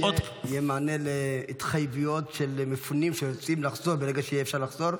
יהיה מענה להתחייבויות של מפונים שרוצים לחזור ברגע שיהיה אפשר לחזור?